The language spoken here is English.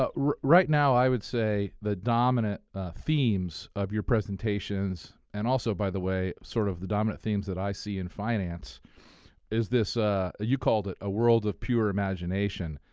ah right now, i would say the dominant themes of your presentations and also, by the way, sort of the dominant themes that i see in finance is this you called it a world of pure imagination.